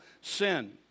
sin